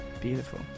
Beautiful